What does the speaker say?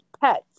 pets